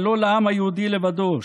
אבל לא לעם היהודי לבדו,